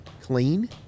clean